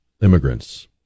immigrants